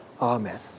Amen